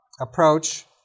approach